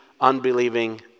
unbelieving